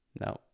no